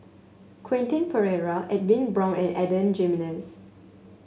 Quentin Pereira Edwin Brown and Adan Jimenez